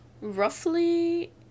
roughly